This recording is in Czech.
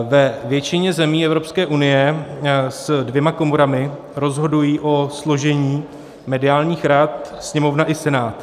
Ve většině zemí Evropské unie se dvěma komorami rozhodují o složení mediálních rad Sněmovna i Senát.